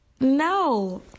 No